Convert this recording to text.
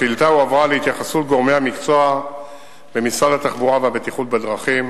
השאילתא הועברה להתייחסות גורמי המקצוע במשרד התחבורה והבטיחות בדרכים.